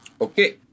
Okay